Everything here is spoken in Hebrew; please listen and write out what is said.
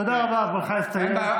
תודה רבה, זמנך הסתיים.